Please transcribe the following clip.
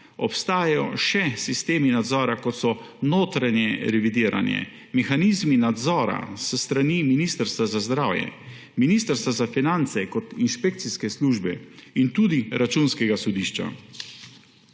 obstajajo še sistemi nadzora, kot so notranje revidiranje, mehanizmi nadzora s strani Ministrstva za zdravje, Ministrstva za finance kot inšpekcijske službe in tudi Računskega sodišča.